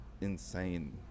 insane